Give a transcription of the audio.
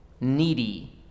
needy